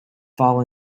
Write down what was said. fall